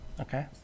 Okay